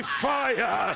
fire